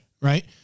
right